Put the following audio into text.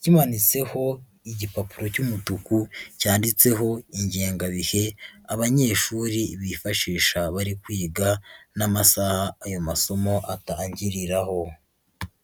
kimanitseho igipapuro cy'umutuku, cyanditseho ingengabihe abanyeshuri bifashisha bari kwiga n'amasaha ayo masomo atangiriraho.